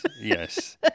yes